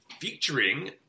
featuring